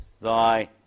thy